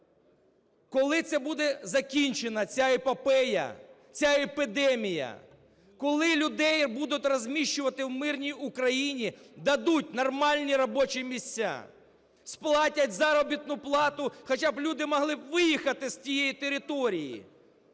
Коли це буде закінчено, ця епопея, ця епідемія? Коли людей будуть розміщувати в мирній Україні, дадуть нормальні робочі місця, сплатять заробітну плату, хоча б люди могли б виїхати з тієї території.